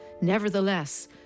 Nevertheless